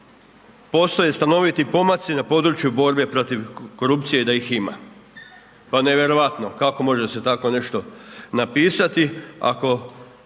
postoje stanoviti pomaci na području borbe protiv korupcije da ih ima. Pa nevjerojatno, kako može se tako nešto napisati ako